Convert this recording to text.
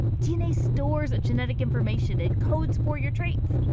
dna stores genetic information and codes for your traits.